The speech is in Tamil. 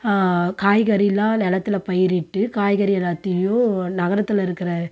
காய்கறியெலாம் நிலத்துல பயிரிட்டு காய்கறி எல்லாத்தையும் நகரத்தில் இருக்கிற